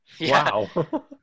wow